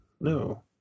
no